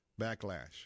backlash